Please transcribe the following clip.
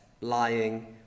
lying